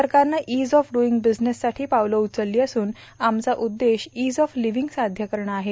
सरकारनं ease of doing business साठी पावलं उचलली असून आमचा उद्देश इज ऑफ लिविंग साध्य करणं आहे